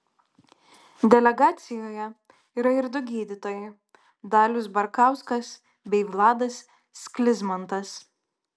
delegacijoje yra ir du gydytojai dalius barkauskas bei vladas sklizmantas